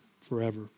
forever